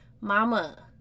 Mama